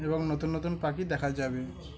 এবং নতুন নতুন পাখি দেখা যাবে